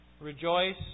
Rejoice